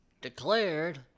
Declared